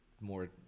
more